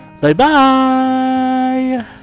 Bye-bye